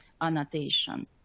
annotation